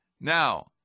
Now